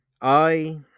I